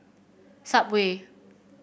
subway